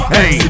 Hey